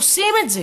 עושים את זה,